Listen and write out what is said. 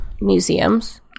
museums